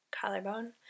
Collarbone